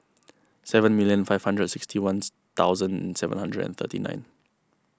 seven million five hundred sixty ones thousand and seven hundred and thirty nine